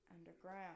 underground